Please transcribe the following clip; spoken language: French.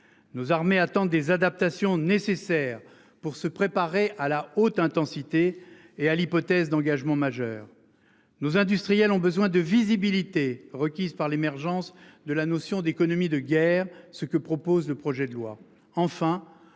Nos armées attendent des adaptations nécessaires pour se préparer à la haute intensité et à l'hypothèse d'engagement majeur nos industriels ont besoin de visibilité requise par l'émergence de la notion d'économie de guerre. Ce que propose le projet de loi,